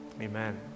Amen